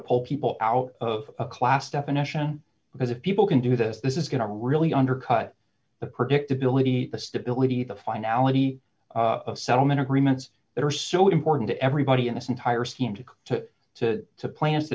pull people out of a class definition because if people can do this this is going to really undercut the predictability the stability the finality of settlement agreements that are so important to everybody in this entire seemed to to supplant the